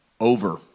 Over